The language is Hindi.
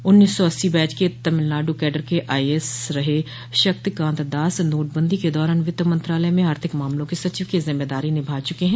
उन्नीस सौ अस्सी बैच के तमिलनाडु कैडर के आईएएस रहे शक्तिकांत दास नोटबंदी के दौरान वित्त मंत्रालय में आर्थिक मामलों के सचिव की जिम्मेदारी निभा चुके हैं